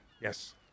yes